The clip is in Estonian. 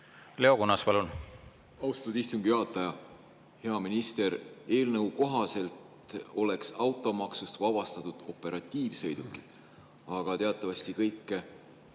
Leo Kunnas, palun! Austatud istungi juhataja! Hea minister! Eelnõu kohaselt oleks automaksust vabastatud operatiivsõidukid. Aga teatavasti kõik